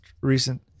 recent